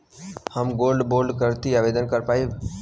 हम गोल्ड बोड करती आवेदन कर पाईब?